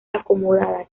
acomodada